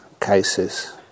cases